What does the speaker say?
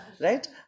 right